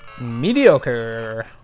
mediocre